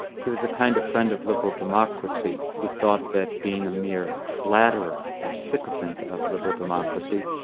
he was the kind of friend of liberal democracy who thought that being a mere flatterer or sycophant of liberal democracy,